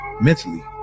Mentally